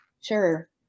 Sure